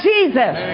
Jesus